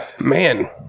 man